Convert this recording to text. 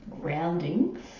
grounding